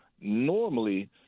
normally